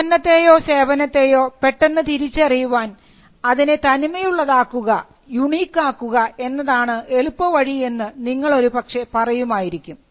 ഉൽപ്പന്നത്തെയോ സേവനത്തേയോ പെട്ടെന്ന് തിരിച്ചറിയുവാൻ അതിനെ തനിമയുള്ളതാക്കുക യുണീക്കാക്കുക എന്നതാണ് എളുപ്പവഴി എന്ന് നിങ്ങൾ ഒരു പക്ഷേ പറയുമായിരിക്കും